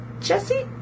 Jesse